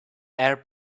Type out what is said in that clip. air